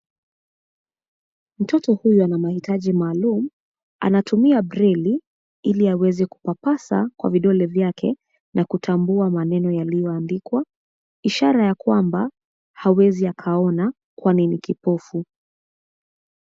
Mtoto huyu ana mahitaji maalum, anatumia braille , ili aweze kupapasa, kwa vidole vyake, na kutambua maneno yaliyoandikwa, ishara ya kwamba, hawezi akaona kwani ni kipofu.